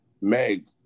meg